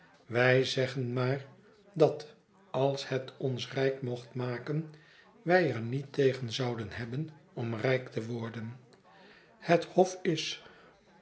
wij zeggen maar dat als het ons rijk mocht maken wij er niet tegen zouden hebben om rijk te worden het hof is